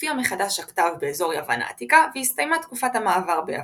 הופיע מחדש הכתב באזור יוון העתיקה והסתיימה תקופת המעבר ביוון.